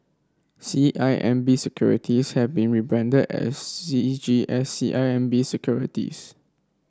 C I M B Securities have been rebranded as C G S C I M B Securities